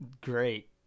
great